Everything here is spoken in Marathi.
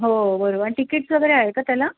हो हो बरोबर अन टिकीट्स वगैरे आहे का त्याला